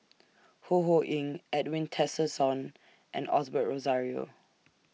Ho Ho Ying Edwin Tessensohn and Osbert Rozario